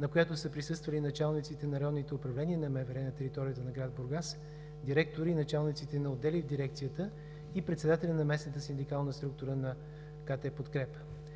на която са присъствали началниците на районните управления на МВР на територията на град Бургас, директори и началниците на отдели в дирекцията и председателят на местната синдикална структура на КТ „Подкрепа“.